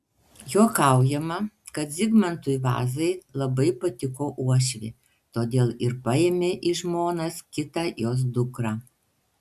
juokaujama kad zigmantui vazai labai patiko uošvė todėl ir paėmė į žmonas kitą jos dukrą